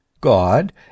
God